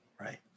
Right